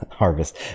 harvest